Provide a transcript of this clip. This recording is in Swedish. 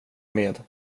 med